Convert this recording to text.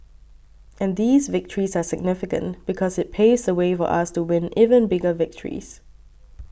and these victories are significant because it paves the way for us to win even bigger victories